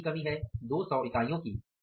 कितने की कमी है 200 इकाइयों की